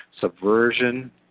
subversion